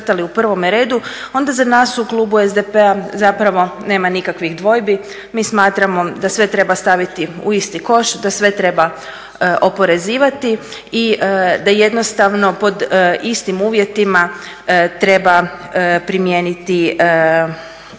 onda za nas u klubu SDP-a zapravo nema nikakvih dvojbi. Mi smatramo da sve treba staviti u isti koš, da sve treba oporezivati i da jednostavno pod istim uvjetima treba primijeniti pravila